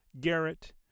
Garrett